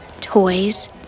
toys